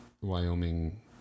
Wyoming